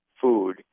food